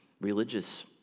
religious